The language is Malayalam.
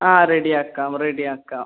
ആ റെഡി ആക്കാം റെഡി ആക്കാം